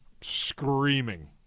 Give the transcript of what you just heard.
screaming